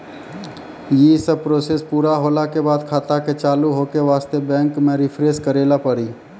यी सब प्रोसेस पुरा होला के बाद खाता के चालू हो के वास्ते बैंक मे रिफ्रेश करैला पड़ी?